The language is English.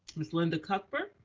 ms. linda cuthbert.